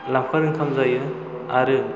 लाफोर ओंखाम जायो आरो